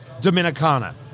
Dominicana